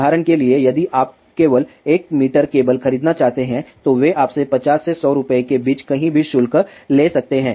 उदाहरण के लिए यदि आप केवल 1 मीटर केबल खरीदना चाहते हैं तो वे आपसे 50 से 100 रुपये के बीच कहीं भी शुल्क ले सकते हैं